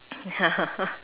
ya